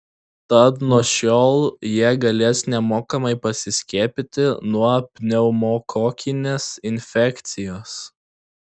tad nuo šiol jie galės nemokamai pasiskiepyti nuo pneumokokinės infekcijos